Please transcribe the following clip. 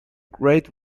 great